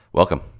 Welcome